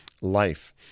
life